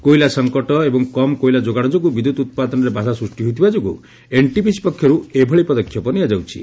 କୋଇଲା ସଂଙ୍କଟ ଏବଂ କମ୍ କୋଇଲା ଯୋଗାଣ ଯୋଗୁଁ ବିଦ୍ୟୁତ ଉପାଦନରେ ବାଧା ସୃଷ୍କି ହେଉଥିବା ଯୋଗୁଁ ଏନ୍ଟିପିସି ପକ୍ଷରୁ ଏଭଳି ଯୋଜନାବଦ୍ଧ ଭାବେ ପଦକ୍ଷେପ ନିଆଯାଉଛି